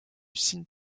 think